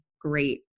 great